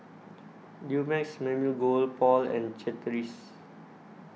Dumex Mamil Gold Paul and Chateraise